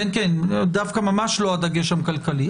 ממש לא הדגש הכלכלי.